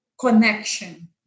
connection